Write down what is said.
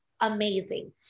Amazing